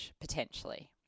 potentially